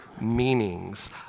meanings